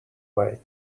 way